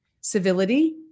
Civility